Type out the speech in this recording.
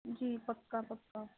جی پکا پکا